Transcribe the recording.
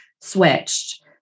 switched